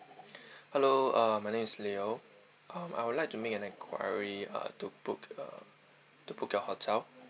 hello uh my name is liu uh I would like to make an enquiry uh to book uh to book your hotel